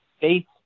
faith